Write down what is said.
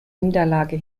niederlage